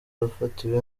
bafatiwe